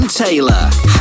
Taylor